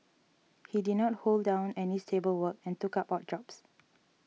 he did not hold down any stable work and took up odd jobs